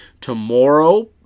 tomorrow